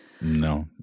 no